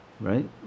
Right